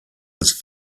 his